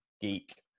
geek